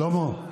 שלמה,